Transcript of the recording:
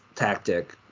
tactic